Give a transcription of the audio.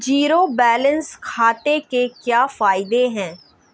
Zero balance खाते के क्या फायदे हैं?